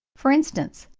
for instance,